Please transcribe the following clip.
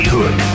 Hood